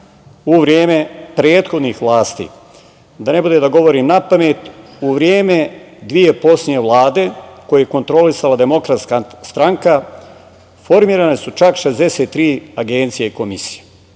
u vreme prethodnih vlasti. Da ne bude da govorim napamet, u vreme dve poslednje vlade koju je kontrolisala DS formirane su čak 63 agencije i komisije.